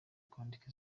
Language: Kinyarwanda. kwandika